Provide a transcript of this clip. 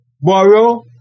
borrow